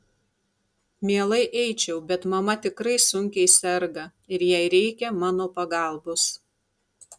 mielai eičiau bet mama tikrai sunkiai serga ir jai reikia mano pagalbos